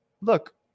Look